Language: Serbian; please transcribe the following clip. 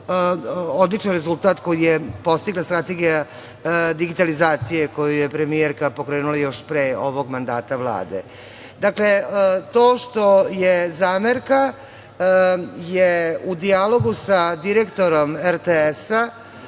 odličan rezultat koji je postigla Strategija digitalizacije koju je premijerka pokrenula još pre ovog mandata Vlade. Dakle, to što je zamerka je u dijalogu sa direktorom RTS